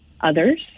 others